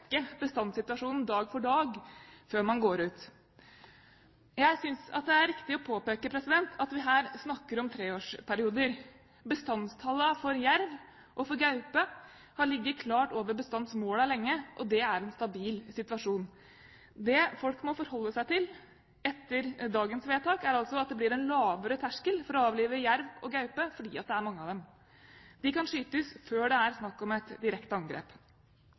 bestandssituasjonen dag for dag, før man går ut. Jeg synes det er riktig å påpeke at vi her snakker om treårsperioder. Bestandstallene for jerv og gaupe har ligget klart over bestandsmålene lenge, og det er en stabil situasjon. Det folk må forholde seg til etter dagens vedtak, er altså at det blir en lavere terskel for å avlive jerv og gaupe, fordi det er mange av dem. De kan skytes før det er snakk om et direkte angrep.